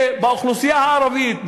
שבאוכלוסייה הערבית,